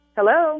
Hello